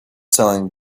selling